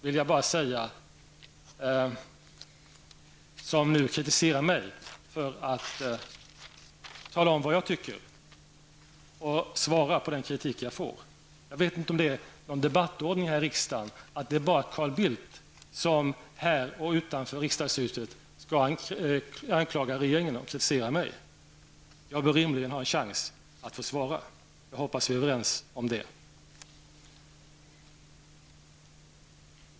Till Carl Bildt, som nu kritiserar mig för att jag talar om vad jag tycker och svarar på den kritik som jag får, vill jag säga följande. Jag vet inte om det är någon debattordning här i riksdagen som innebär att det är bara Carl Bildt som i och utanför riksdagshuset skall anklaga regeringen och kritisera mig. Jag bör rimligen ha en chans att få svara. Jag hoppas att vi är överens om det.